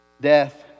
death